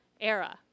era